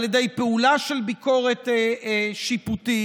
על ידי פעולה של ביקורת שיפוטית,